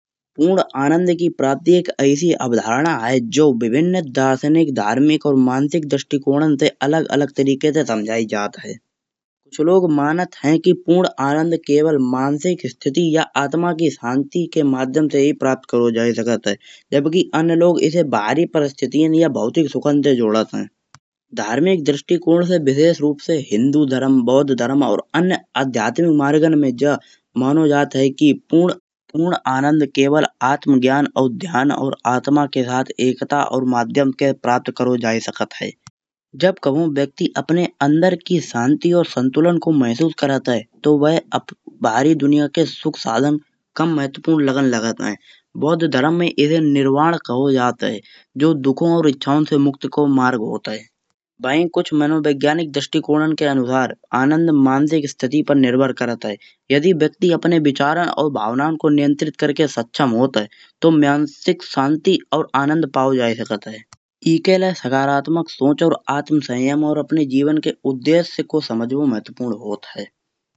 पूर्ण आनंद की प्राप्ति एक ऐसी अवधारणा है। जो विभिन्न दार्शनिक धार्मिक दृष्टिकोणों से अलग अलग तरीके से समझाई जाती है। कुछ लोग मानते हैं कि पूर्ण आनंद केवल मानसिक स्थिति या आत्मा की शांति के माध्यम से ही प्राप्त कर सकत है। जबकि अन्य लोग इसे भारी परिस्थितियाँ या भौतिक सुखां से जोड़ते हैं। धार्मिक दृष्टिकोण से विशेष रूप से हिन्दू धर्म बौद्ध धर्म व अन्य आध्यात्मिक मार्गों में यह माना जाता है। कि पूर्ण आनंद केवल आत्मज्ञान और ध्यान और आत्मा के साथ एकता के माध्यम से प्राप्त कर सकत है। जब कभी व्यक्ति अपने अंदर की शांति और संतुलन को महसूस करता है। तो वह बाहरी दुनिया के सुख साधनों का महत्वपूर्ण कम लगने लगता है। बौद्ध धर्म में इसे निर्वाण कहा जाता है जो दुखों या इच्छाओं से मुक्त का मार्ग होता है। वहीं कुछ मनोवैज्ञानिक दृष्टिकोण के अनुसार आनंद मानसिक स्थिति पर निर्भर करता है। यही व्यक्ति अपने विचार और भावनाओं को नियंत्रित करके सक्षम होता है। तो मानसिक शांति और आनंद पा सकत है। इसके लिए सकारात्मक सोच और आत्मसंयम और अपने उद्देश्य को समझना महत्वपूर्ण होता है।